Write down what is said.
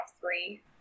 three